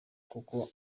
kuko